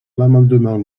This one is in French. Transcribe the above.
l’amendement